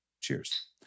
Cheers